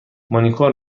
مانیکور